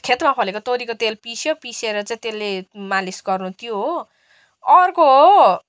खेतमा फलेको तोरीको तेल पिस्यो पिसेर चाहिँ त्यसले मालिस गर्नु त्यो हो अर्को हो